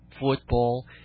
football